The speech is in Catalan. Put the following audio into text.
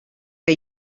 que